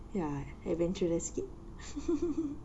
ya adventurous kid